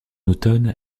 automne